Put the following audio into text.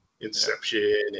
Inception